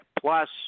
plus